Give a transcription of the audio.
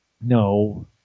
No